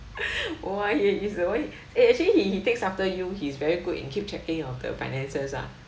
oh I he's the o~ he eh actually he he takes after you he's very good in keep checking of the finances ah